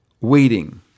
waiting